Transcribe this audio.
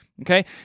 Okay